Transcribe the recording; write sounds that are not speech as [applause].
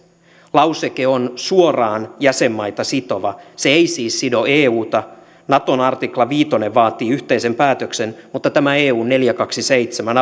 lauseke on suoraan jäsenmaita sitova se ei siis sido euta naton artikla viisi vaatii yhteisen päätöksen mutta tämä eun neljäkymmentäkaksi piste seitsemän [unintelligible]